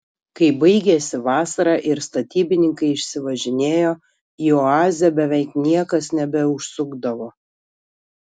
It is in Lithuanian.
kai baigėsi vasara ir statybininkai išsivažinėjo į oazę beveik niekas nebeužsukdavo